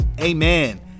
amen